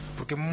Porque